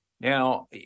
Now